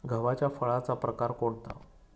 गव्हाच्या फळाचा प्रकार कोणता?